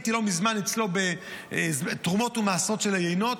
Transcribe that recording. לא מזמן אצלו הייתי בתרומות ומעשרות של היינות,